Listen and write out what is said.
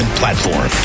platform